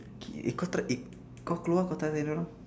okay eh kau try eh kau keluar kau try tanya dorang